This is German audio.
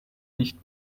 nicht